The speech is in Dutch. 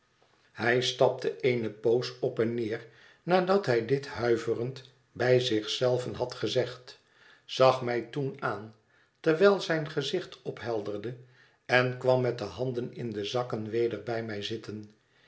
hij stapte eene poos op en neer nadat hij dit huiverend bij zich zelven had gezegd zag mij toen aan terwijl zijn gezicht ophelderde en kwam met de handen in de zakken weder bij mij zitten